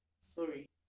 Sorry